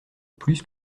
plus